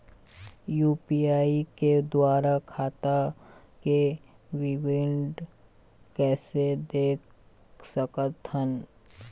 UPI के द्वारा खाता के विवरण कैसे देख सकत हन?